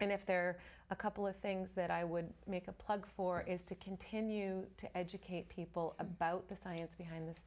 and if there are a couple of things that i would make a plug for is to continue to educate people about the science behind this